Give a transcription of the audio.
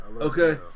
Okay